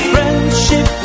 Friendship